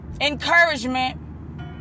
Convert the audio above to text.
encouragement